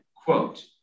Quote